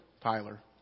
Tyler